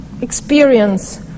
experience